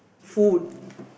food